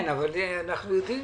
דבר שני, אנו חושבים